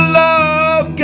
love